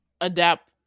adapt